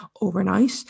overnight